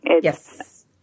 Yes